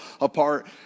apart